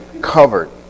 Covered